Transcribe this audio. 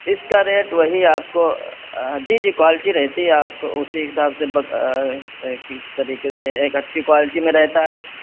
اس کا ریٹ وہی آپ کو جی جی کوالٹی رہتی ہے آپ اسی حساب سے اس طریقے سے ایک اچھی کوالٹی میں رہتا ہے